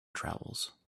travels